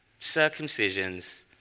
circumcisions